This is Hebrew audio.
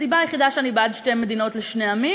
הסיבה היחידה שאני בעד שתי מדינות לשני עמים